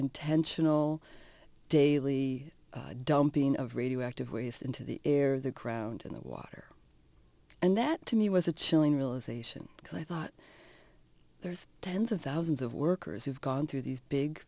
intentional daily dumping of radioactive waste into the air the ground in the water and that to me was a chilling realization because i thought there's tens of thousands of workers who've gone through these big